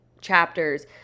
chapters